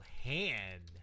hand